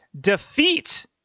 Defeat